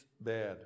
bad